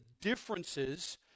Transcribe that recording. differences